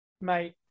mate